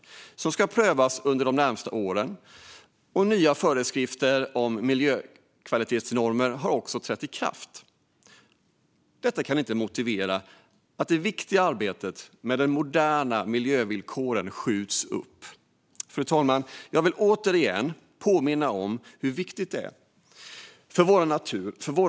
Dessa ska prövas under de närmaste åren. Nya föreskrifter om miljökvalitetsnormer har också trätt i kraft. Detta kan inte motivera att det viktiga arbetet med moderna miljövillkor skjuts upp. Fru talman! Jag vill återigen påminna om hur viktigt detta är för vår natur och miljö.